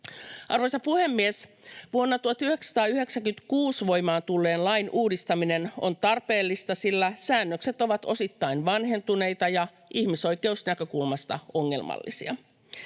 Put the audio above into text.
Arvoisa puhemies! Vuonna 1996 voimaan tulleen lain uudistaminen on tarpeellista, sillä säännökset ovat osittain vanhentuneita ja ihmisoikeusnäkökulmasta ongelmallisia.